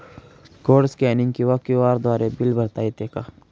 Code scanning किंवा QR द्वारे bill भरता येते का?